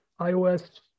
iOS